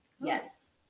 Yes